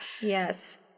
yes